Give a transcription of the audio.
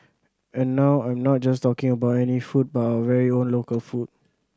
and now I'm not just talking about any food but our very own local food